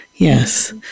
Yes